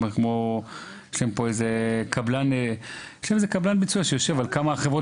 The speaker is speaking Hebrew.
כמו קבלן ביצוע שיושב על כמה חברות